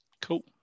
Cool